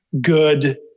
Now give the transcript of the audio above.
good